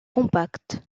compact